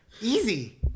easy